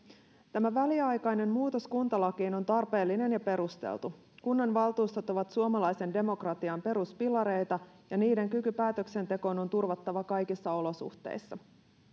tämä väliaikainen muutos kuntalakiin on tarpeellinen ja perusteltu kunnanvaltuustot ovat suomalaisen demokratian peruspilareita ja niiden kyky päätöksentekoon on turvattava kaikissa olosuhteissa